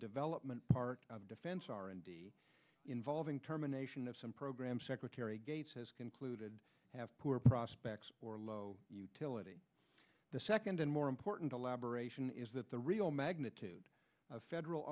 development part of defense r and involving terminations of some programs secretary gates has concluded have poor prospects for low tillett in the second and more important elaboration is that the real magnitude of federal